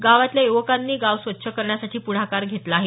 गावातल्या युवकांनी गाव स्वच्छ करण्यासाठी पुढाकार घेतला आहे